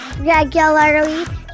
regularly